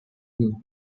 will